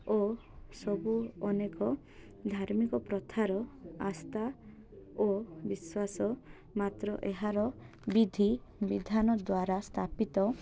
ଓ ସବୁ ଅନେକ ଧାର୍ମିକ ପ୍ରଥାର ଆସ୍ଥା ଓ ବିଶ୍ୱାସ ମାତ୍ର ଏହାର ବିଧି ବିଧାନ ଦ୍ୱାରା ସ୍ଥାପିତ